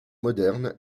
moderne